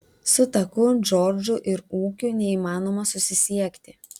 su taku džordžu ir ūkiu neįmanoma susisiekti